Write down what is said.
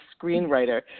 screenwriter